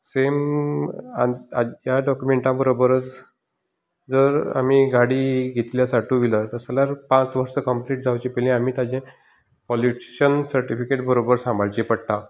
same ह्या डॉक्युमेंटा बरोबरच जर आमी गाडी घेतली आसा टू व्हिलर तस जाल्यार पांच वर्सां कम्पलीट जावचे पयली आमी ताचें पॉल्युशन सर्टीफिकेट बरोबर सांबाळची पडटा